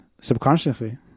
subconsciously